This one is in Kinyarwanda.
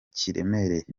kiremereye